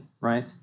right